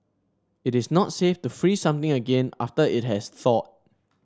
it is not safe to freeze something again after it has thawed